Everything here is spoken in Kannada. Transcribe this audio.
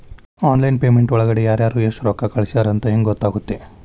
ಆನ್ಲೈನ್ ಪೇಮೆಂಟ್ ಒಳಗಡೆ ಯಾರ್ಯಾರು ಎಷ್ಟು ರೊಕ್ಕ ಕಳಿಸ್ಯಾರ ಅಂತ ಹೆಂಗ್ ಗೊತ್ತಾಗುತ್ತೆ?